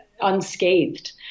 unscathed